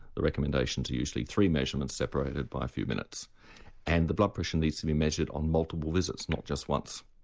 the recommendations are usually three measurements separated by a few minutes and the blood pressure needs to be measured on multiple visits, not just once.